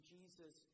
Jesus